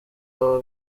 baba